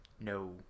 No